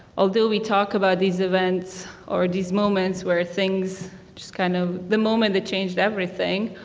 although we talk about these events or these moments where things just kind of, the moment that changed everything.